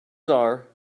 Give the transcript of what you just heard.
are